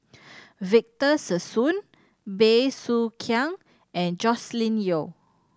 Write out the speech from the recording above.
Victor Sassoon Bey Soo Khiang and Joscelin Yeo